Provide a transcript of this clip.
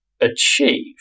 Achieve